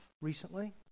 recently